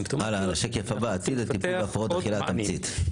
הלאה לשקף הבא: עתיד הטיפול בהפרעות אכילה תמצית.